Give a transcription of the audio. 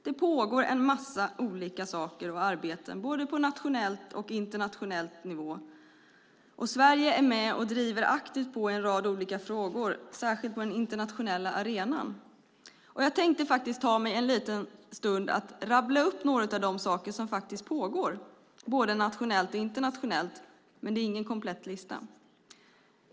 Det pågår en massa olika arbete på både nationell och internationell nivå. Sverige är med och driver aktivt på i en rad olika frågor, särskilt på den internationella arenan. Jag tänkte faktiskt ägna en liten stund åt att rabbla upp något av det som pågår både nationellt och internationellt, men det är ingen komplett lista.